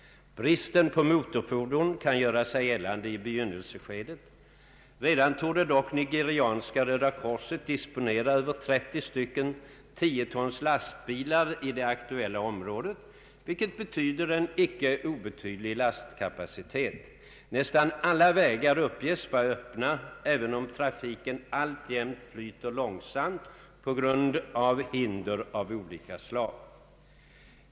Bristen på motorfordon kan göra sig gällande i begynnelseskedet. Redan torde dock Nigerianska röda korset disponera över 30 stycken 10 tons lastbilar i det aktuella området, vilket betyder en icke obetydlig lastkapacitet. Nästan alla vägar uppges vara öppna även om trafiken alltjämt flyter långsamt på grund av hinder av olika slag.